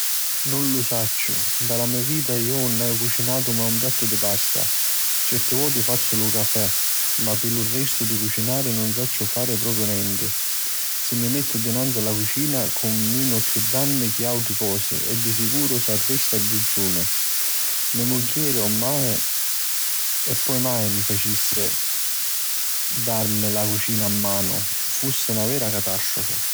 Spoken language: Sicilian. Nun lu sacciu, nta la me vita iu nun haiu cucinatu mai un piattu di pasta. Certi voti fazzu lu cafè ma pi lu restu di cucinari nun sacciu propriu fari nenti. Si mi mettu davanzi a la cucina cumminu chiù danni chi àutri cosi e di sicuru s'arresta a dijuni. Me mugghieri mai e poi mai pinsassi di dàrmi la cucina 'n manu. Fussi na vera catastrofi.